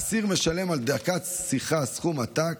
האסיר משלם על דקת שיחה סכום עתק,